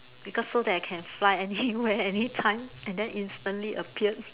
because so that I can fly anywhere anytime and then instantly appear